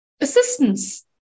assistance